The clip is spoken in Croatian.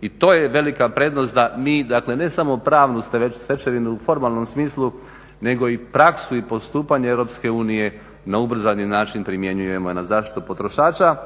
i to je velika prednost da mi dakle ne samo pravnu stečevinu u formalnom smislu nego i praksu i postupanje Europske unije na ubrzani način primjenjujemo i na zaštitu potrošača.